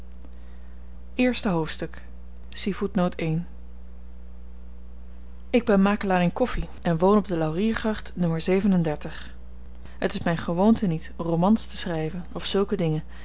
hoofdstuk ik ben makelaar in koffi en woon op de lauriergracht n het is myn gewoonte niet romans te schryven of zulke dingen